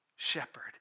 shepherd